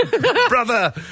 brother